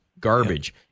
garbage